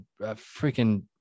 freaking